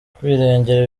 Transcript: kwirengera